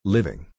Living